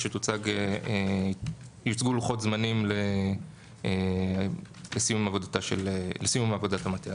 אז שיוצגו לוחות זמנים לסיום עבודת המטה הזו.